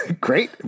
Great